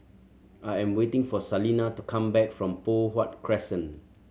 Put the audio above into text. I am waiting for Salena to come back from Poh Huat Crescent